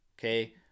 Okay